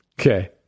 okay